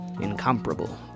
Incomparable